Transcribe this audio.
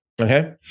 Okay